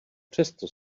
přesto